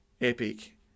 epic